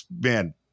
man